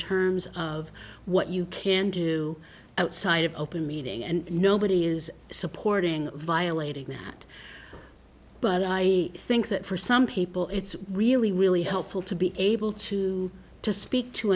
terms of what you can do outside of open meeting and nobody is supporting violating that but i think that for some people it's really really helpful to be able to speak to